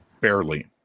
barely